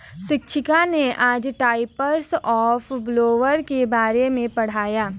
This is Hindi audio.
शिक्षिका ने आज टाइप्स ऑफ़ बोरोवर के बारे में पढ़ाया है